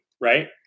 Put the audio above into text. right